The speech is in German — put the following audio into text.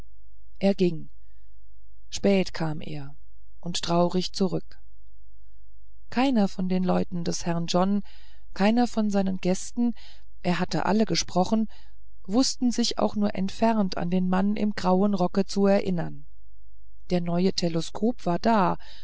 er ging spät kam er und traurig zurück keiner von den leuten des herrn john keiner von seinen gästen er hatte alle gesprochen wußte sich nur entfernt an den mann im grauen rocke zu erinnern der neue teleskop war da